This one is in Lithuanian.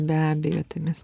be abejo tai mes